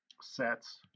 sets